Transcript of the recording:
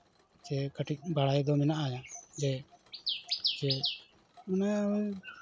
ᱡᱮ ᱠᱟᱹᱴᱤᱡ ᱵᱟᱲᱟᱭ ᱫᱚ ᱢᱮᱱᱟᱜᱼᱟ ᱡᱮ ᱡᱮ ᱩᱱᱟᱹᱜ